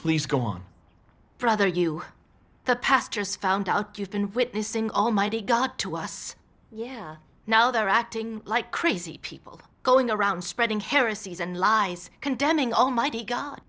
please go on brother you the pastors found out you've been witnessing almighty god to us yeah now they're acting like crazy people going around spreading heresies and lies condemning almighty go